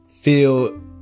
feel